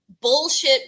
bullshit